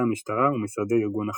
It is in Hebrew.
מטה המשטרה ומשרדי ארגון החמאס.